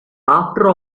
after